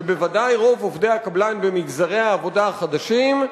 ובוודאי רוב עובדי הקבלן במגזרי העבודה החדשים,